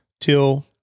till